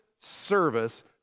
service